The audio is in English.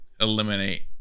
eliminate